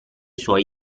suoi